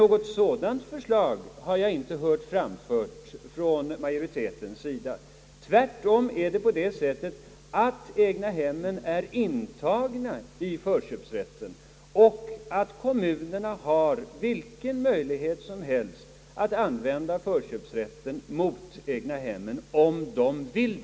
Något sådant förslag har jag emellertid inte hört framföras av majoriteten. Tvärtom är egnahemmen intagna i förköpsrätten, och kommunerna får möjlighet att använda förköpsrätten mot egnahem om de så vill.